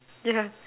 yeah